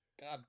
God